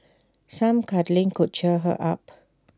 some cuddling could cheer her up